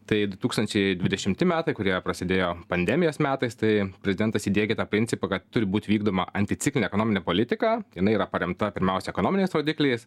tai du tūkstančiai dvidešimti metai kurie prasidėjo pandemijos metais tai prezidentas įdiegė tą principą kad turi būt vykdoma anticiklinė ekonominė politika jinai yra paremta pirmiausia ekonominiais rodikliais